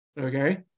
Okay